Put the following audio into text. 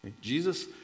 Jesus